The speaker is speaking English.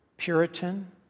Puritan